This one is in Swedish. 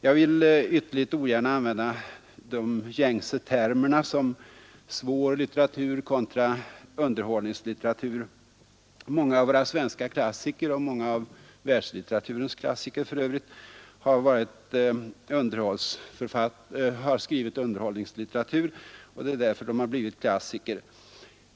Jag vill ytterligt ogärna använda de gängse termerna ”svår” litteratur kontra ”underhållningslitteratur”. Många av våra svenska klassiker och många av världslitteraturens klassiker har skrivit underhållningslitteratur, och det är därför de har blivit klassiker.